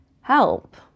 help